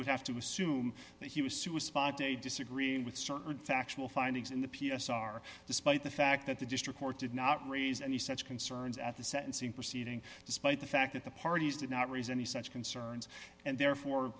would have to assume that he was sued was disagreeing with certain factual findings in the p s r despite the fact that the district court did not raise any such concerns at the sentencing proceeding despite the fact that the parties did not raise any such concerns and therefore